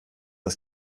das